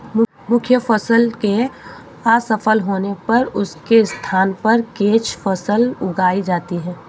मुख्य फसल के असफल होने पर उसके स्थान पर कैच फसल उगाई जाती है